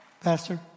Pastor